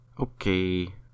Okay